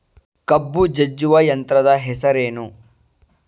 ಕಬ್ಬು ಜಜ್ಜುವ ಯಂತ್ರದ ಹೆಸರೇನು?